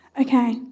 Okay